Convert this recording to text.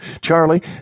Charlie